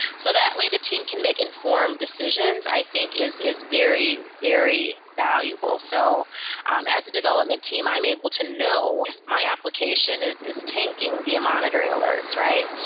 so that way the team can make informed decisions, i think is is very, very valuable. so um as a development team, i'm able to know is my application is is tanking via monitoring alerts, right?